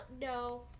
no